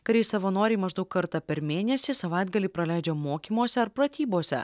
kariai savanoriai maždaug kartą per mėnesį savaitgalį praleidžia mokymuose ar pratybose